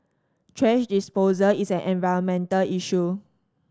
thrash disposal is an environmental issue